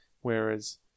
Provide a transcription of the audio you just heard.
whereas